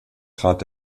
trat